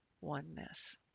oneness